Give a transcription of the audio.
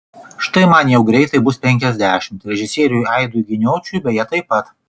štai man jau greitai bus penkiasdešimt režisieriui aidui giniočiui beje taip pat